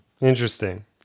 Interesting